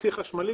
לצי חשמלי.